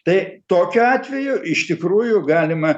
tai tokiu atveju iš tikrųjų galima